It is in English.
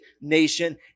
nation